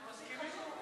לא מספיק חשוב.